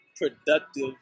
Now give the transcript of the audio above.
productive